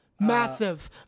Massive